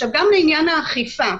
גם לעניין האכיפה,